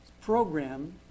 program